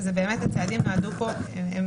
הם מטעמים אפידמיולוגיים.